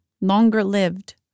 longer-lived